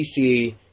PC